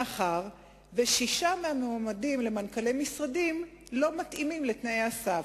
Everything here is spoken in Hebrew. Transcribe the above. מאחר ששישה מהמועמדים למנכ"לי משרדים לא מתאימים לתנאי הסף.